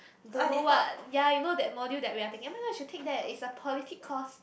don't know what ya you know that module that we are taking oh-my-god should take that is a politic course